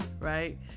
right